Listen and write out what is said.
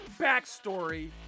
backstory